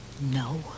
No